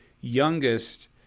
youngest